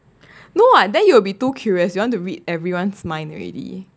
no [what] then you will be too curious you want to read everyone's mind already